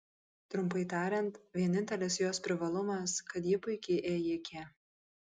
trumpai tariant vienintelis jos privalumas kad ji puiki ėjikė